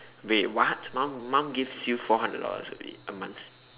wait what mom mom gives you four hundred dollars a week a month